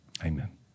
Amen